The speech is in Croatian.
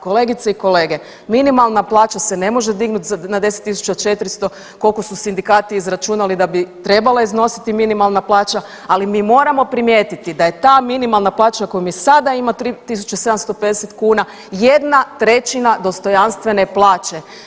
Kolegice i kolege, minimalna plaća se ne može dignuti na 10.400 koliko su sindikati izračunali da bi trebala iznositi minimalna plaća, ali mi moramo primijetiti da je ta minimalna plaća koju mi sada imamo 3.750 kuna jedna trećina dostojanstvene plaće.